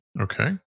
okay